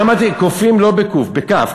כופים לא בקו"ף, בכ"ף.